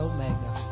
Omega